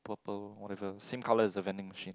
purple whatever same colour as the vending machine